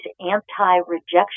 anti-rejection